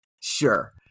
Sure